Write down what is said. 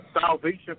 Salvation